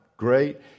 great